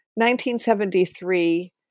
1973